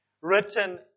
written